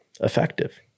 effective